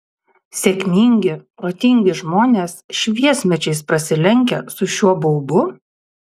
sėkmingi protingi žmonės šviesmečiais prasilenkia su šiuo baubu